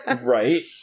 Right